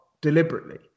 deliberately